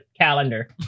calendar